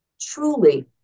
truly